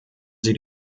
sie